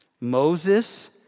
Moses